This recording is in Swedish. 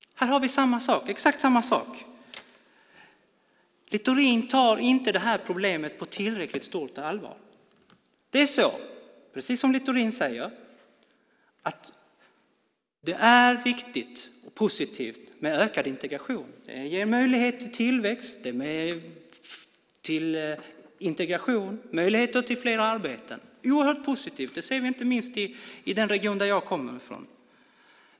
Här har vi exakt samma sak. Littorin tar inte det här problemet på tillräckligt stort allvar. Det är så, precis som Littorin säger, att det är viktigt och positivt med ökad integration. Det ger möjlighet till tillväxt, till integration, till flera arbeten. Det är oerhört positivt. Det ser vi inte minst i den region som jag kommer ifrån.